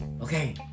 Okay